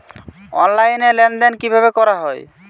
Online লেনদেন কিভাবে করা হয়?